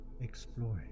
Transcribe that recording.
Exploring